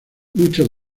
muchos